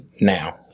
now